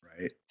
right